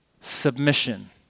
submission